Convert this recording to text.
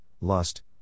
lust